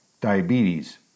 diabetes